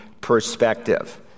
perspective